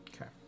Okay